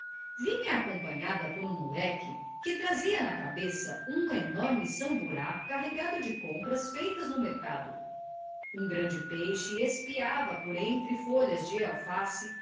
vinha acompanhada por um moleque que trazia na cabeça um enorme samburá carregado de compras feitas no mercado um grande peixe espiava por entre folhas de alface